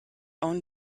own